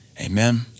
Amen